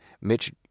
mitch